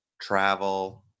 travel